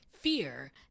fear